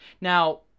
Now